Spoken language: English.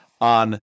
on